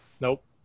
Nope